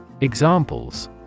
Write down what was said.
Examples